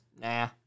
Nah